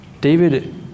David